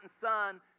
son